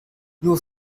nur